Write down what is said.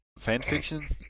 fanfiction